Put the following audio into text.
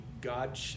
God